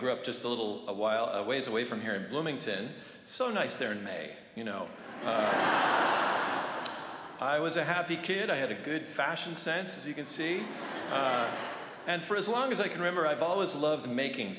grew up just a little while a ways away from here bloomington so nice there in may you know i was i was a happy kid i had a good fashion sense as you can see and for as long as i can remember i've always loved making